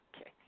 Okay